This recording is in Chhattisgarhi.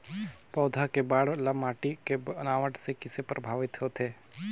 पौधा के बाढ़ ल माटी के बनावट से किसे प्रभावित होथे?